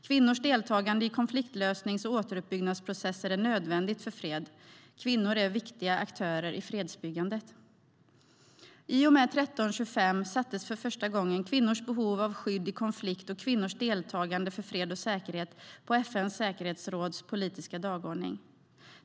Kvinnors deltagande i konfliktlösnings och återuppbyggnadsprocesser är nödvändigt för fred. Kvinnor är viktiga aktörer i fredsbyggandet. I och med 1325 sattes för första gången kvinnors behov av skydd i konflikt och kvinnors deltagande för fred och säkerhet på FN:s säkerhetsråds politiska dagordning.